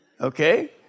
Okay